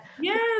yes